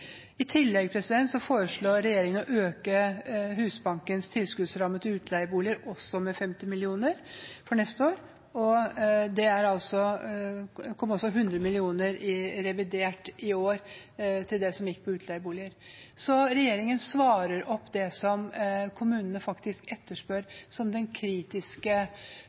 I tillegg foreslår regjeringen å øke Husbankens tilskuddsramme til utleieboliger, også med 50 mill. kr for neste år. Det kom også 100 mill. kr i revidert i år som gjaldt utleieboliger. Så regjeringen svarer på det som kommunene faktisk etterspør som den kritiske